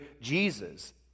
Jesus